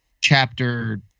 chapter